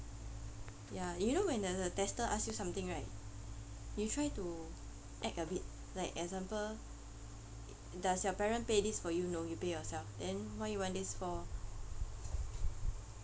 ya you know when your tester ask you something right you try to act a bit like example does your parent pay this for you no you pay yourself then what you want this for